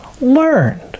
learned